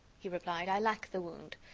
he replied, i lack the wound.